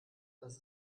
das